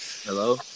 Hello